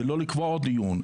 ולא לקבוע עוד דיון.